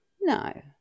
No